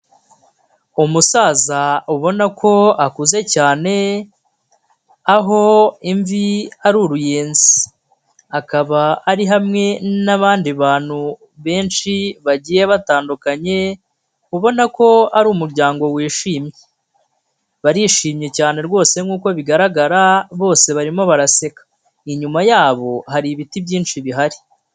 Umusaza ubona ko akuze cyane, aho imvi ari uruyenzi, akaba ari hamwe n'abandi bantu benshi bagiye batandukanye, ubona ko ari umuryango wishimye, barishimye cyane rwose nk'uko bigaragara bose barimo baraseka, inyuma yabo hari ibiti byinshi bihari.